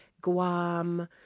Guam